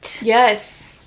Yes